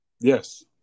Yes